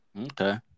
okay